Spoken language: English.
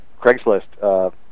Craigslist